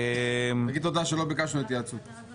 תגיד תודה שלא ביקשנו התייעצות.